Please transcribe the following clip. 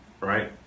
Right